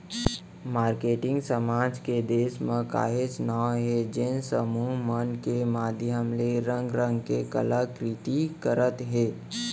marketing समाज के देस म काहेच नांव हे जेन समूह मन के माधियम ले रंग रंग के कला कृति करत हे